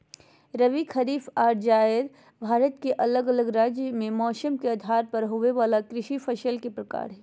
रबी, खरीफ आर जायद भारत के अलग अलग राज्य मे मौसम के आधार पर होवे वला कृषि फसल के प्रकार हय